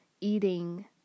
eating